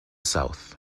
south